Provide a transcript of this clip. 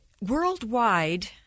worldwide